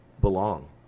belong